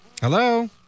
Hello